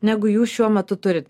negu jūs šiuo metu turit